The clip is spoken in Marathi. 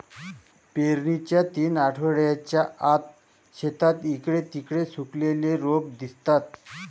पेरणीच्या तीन आठवड्यांच्या आत, शेतात इकडे तिकडे सुकलेली रोपे दिसतात